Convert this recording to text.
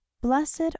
Blessed